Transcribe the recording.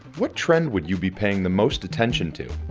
what trend would you be paying the most attention to?